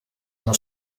uno